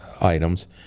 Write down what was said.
items